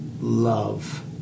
love